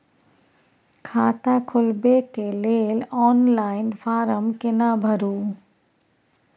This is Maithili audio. खाता खोलबेके लेल ऑनलाइन फारम केना भरु?